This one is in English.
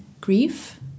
Grief